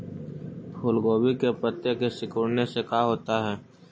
फूल गोभी के पत्ते के सिकुड़ने से का होता है?